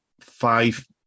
five